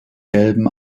gelben